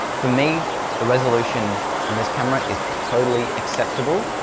for me the resolution on this camera is totally acceptable,